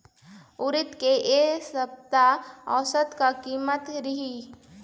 उरीद के ए सप्ता औसत का कीमत रिही?